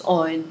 on